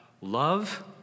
love